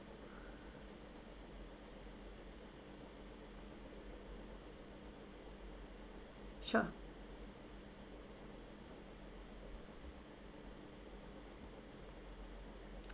sure